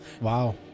Wow